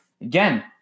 Again